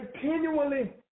continually